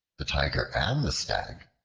the tiger and the stag,